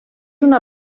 una